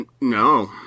no